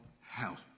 help